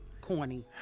corny